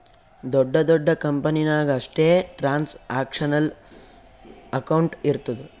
ದೊಡ್ಡ ದೊಡ್ಡ ಕಂಪನಿ ನಾಗ್ ಅಷ್ಟೇ ಟ್ರಾನ್ಸ್ಅಕ್ಷನಲ್ ಅಕೌಂಟ್ ಇರ್ತುದ್